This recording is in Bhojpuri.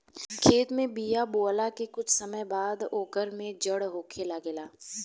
खेत में बिया बोआला के कुछ समय बाद ओकर में जड़ होखे लागेला